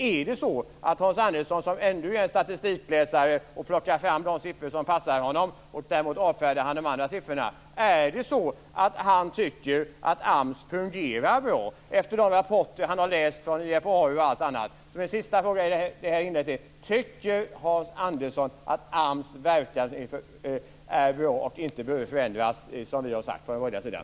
Är det så att Hans Andersson, som är statistikläsare och plockar fram de siffror som passar honom medan han däremot avfärdar de andra siffrorna, tycker att AMS fungerar bra efter de rapporter som han har läst från IFAU och annat. Andersson att AMS verksamhet är bra och inte behöver förändras, som vi har sagt att den behöver göras från den borgerliga sidan?